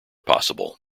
possible